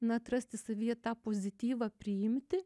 na atrasti savyje tą pozityvą priimti